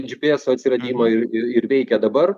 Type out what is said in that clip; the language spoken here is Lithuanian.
džy py eso atsiradimo ir ir ir veikia dabar